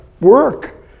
work